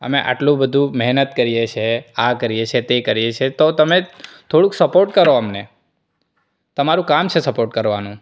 અમે આટલું બધું મેહનત કરીએ છીએ આ કરીએ છીએ તે કરીએ છીએ તો તમે થોડુંક સપોર્ટ કરો અમને તમારું કામ છે સપોર્ટ કરવાનું